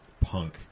Punk